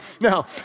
now